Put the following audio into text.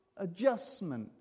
adjustment